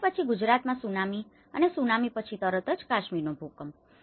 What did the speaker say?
જયારે પછી ગુજરાતમાં સુનામી અને સુનામી પછી તરત જ કાશ્મીરનો ભૂકંપ